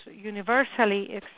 universally